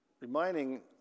reminding